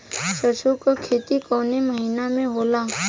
सरसों का खेती कवने महीना में होला?